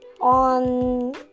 On